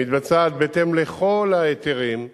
היא מתבצעת בהתאם לכל ההיתרים,